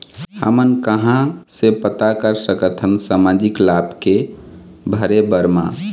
हमन कहां से पता कर सकथन सामाजिक लाभ के भरे बर मा?